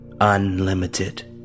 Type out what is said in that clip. unlimited